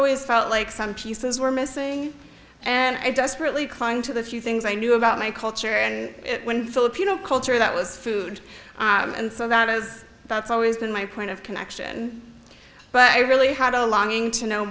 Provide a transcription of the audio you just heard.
always felt like some pieces were missing and desperately clung to the few things i knew about my culture and the filipino culture that was food and so that has that's always been my point of connection but i really had a longing to know